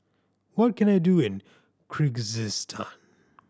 what can I do in Kyrgyzstan